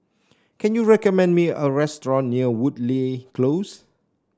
can you recommend me a restaurant near Woodleigh Close